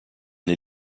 les